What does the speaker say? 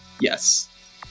Yes